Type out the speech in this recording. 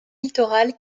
littoral